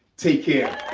take care.